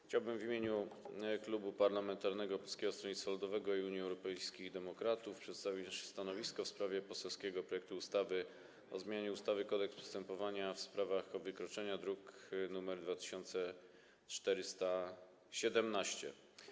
Chciałbym w imieniu Klubu Parlamentarnego Polskiego Stronnictwa Ludowego - Unii Europejskich Demokratów przedstawić stanowisko w sprawie poselskiego projektu ustawy o zmianie ustawy Kodeks postępowania w sprawach o wykroczenia, druk nr 2417.